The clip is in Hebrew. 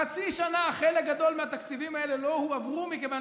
חצי שנה חלק גדול מהתקציבים האלה לא הועבר מכיוון